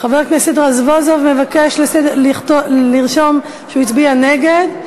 חבר הכנסת רזבוזוב מבקש לרשום שהוא הצביע נגד,